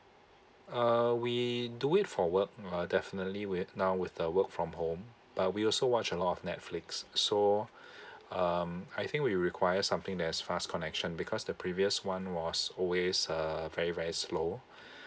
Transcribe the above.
uh we do it for work uh definitely with now with the work from home but we also watch a lot of netflix so um I think we require something that is fast connection because the previous one was always uh very very slow